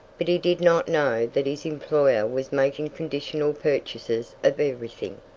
but he did not know that his employer was making conditional purchases of everything.